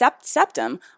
septum